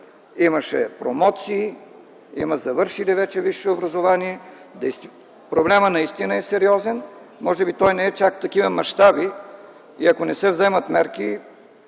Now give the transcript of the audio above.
имаше промоции, има завършили вече висше образование. Проблемът наистина е сериозен - може би не е чак в такива мащаби, но ако не се вземат мерки,